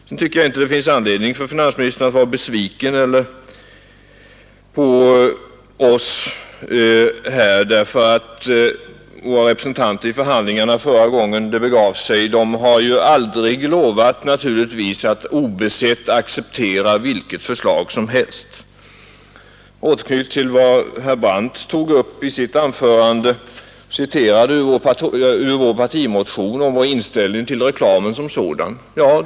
Vidare tycker jag inte det finns någon anledning för finansministern att vara besviken på oss i centern, därför att våra representanter i förhandlingarna förra året har aldrig lovat att osett acceptera vilket reklamskatteförslag som helst. Slutligen angav herr Brandt i sitt anförande vår inställning till reklamen som sådan, och det gjorde han genom att citera ur vår partimotion.